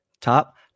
Top